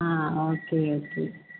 ah okay okay